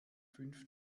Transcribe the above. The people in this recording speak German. fünf